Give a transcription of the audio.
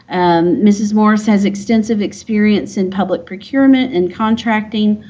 and mrs. morris has extensive experience in public procurement and contracting,